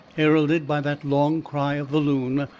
heralded by that long cry of the loon,